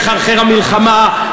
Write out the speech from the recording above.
מחרחר המלחמה,